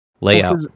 layout